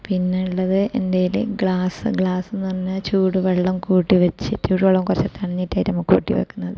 പിന്നുള്ളത് എൻ്റെൽ glass glass എന്ന് പറഞ്ഞാൽ ചൂടുവെള്ളം കൂട്ടി വെച്ചിട്ട് ചൂട് വെള്ളം കുറച്ച് തണുത്തിട്ട് കൂട്ടി വയ്ക്കുന്നത്